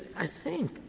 i think,